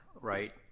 right